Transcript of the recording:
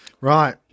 Right